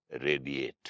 radiate